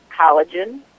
collagen